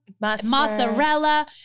mozzarella